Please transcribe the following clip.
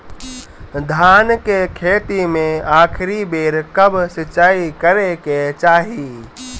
धान के खेती मे आखिरी बेर कब सिचाई करे के चाही?